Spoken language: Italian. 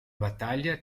battaglia